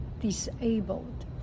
disabled